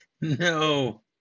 no